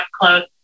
close